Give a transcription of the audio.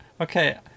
okay